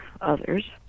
others